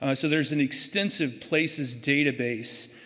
ah so, there's an extensive places database